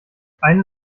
eine